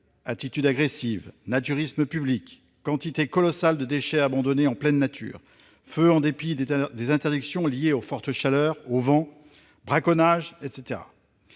attitudes agressives, naturisme public, quantité colossale de déchets abandonnés en pleine nature, feux en dépit des interdictions liées aux fortes chaleurs ou aux vents, braconnage, etc.